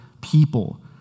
people